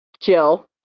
jill